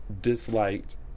disliked